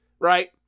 right